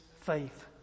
faith